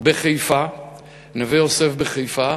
בנווה-יוסף בחיפה.